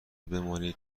بمانید